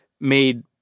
made